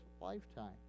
lifetime